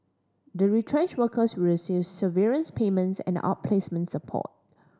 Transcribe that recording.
the retrenched workers will receive severance payments and outplacements support